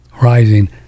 rising